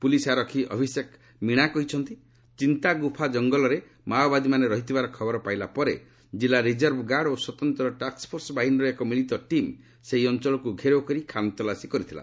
police ଆରକ୍ଷୀ ଅଭିଶେକ ମିଣା କହିଛନ୍ତି ଚିନ୍ତାଗୁଫା ଜଙ୍ଗଲରେ ମାଓବାଦୀମାନେ ରହିଥିବାର ଖବର ପାଇଲା ପରେ ଜିଲ୍ଲା ରିଜର୍ଭ ଗାର୍ଡ ଓ ସ୍ପତନ୍ତ୍ର ଟାକୁଫୋର୍ସ ବାହିନୀର ଏକ ମିଳିତ ଟିମ୍ ସେହି ଅଞ୍ଚଳକୁ ଘେରାଉ କରି ଖାନ୍ତଲାସୀ କରିଥିଲା